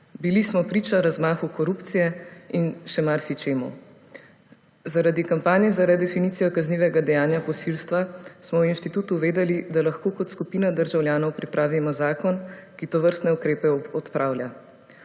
Bili smo priča razmahu korupcije in še marsičemu. Zaradi kampanje za redefinicijo kaznivega dejanja posilstva smo na inštitutu vedeli, da lahko kot skupina državljanov pripravimo zakon, ki tovrstne ukrepe odpravlja.